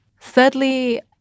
Thirdly